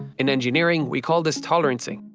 in engineering we call this tolerancing.